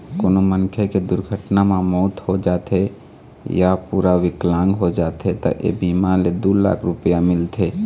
कोनो मनखे के दुरघटना म मउत हो जाथे य पूरा बिकलांग हो जाथे त ए बीमा ले दू लाख रूपिया मिलथे